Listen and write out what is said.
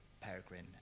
peregrine